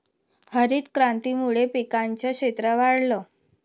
हरितक्रांतीमुळे पिकांचं क्षेत्र वाढलं